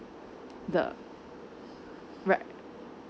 the